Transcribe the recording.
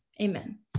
Amen